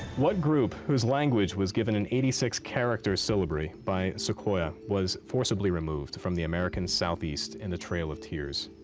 what group, whose language was given an eighty six character syllabary by sequoyah, was forcibly removed from the american southeast in the trail of tears?